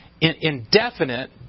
indefinite